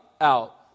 out